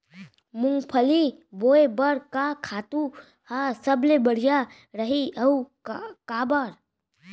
मूंगफली बोए बर का खातू ह सबले बढ़िया रही, अऊ काबर?